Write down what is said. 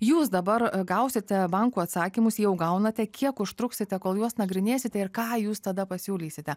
jūs dabar gausite bankų atsakymus jau gaunate kiek užtruksite kol juos nagrinėsite ir ką jūs tada pasiūlysite